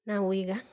ನಾವೂ ಈಗ